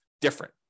different